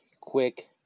quick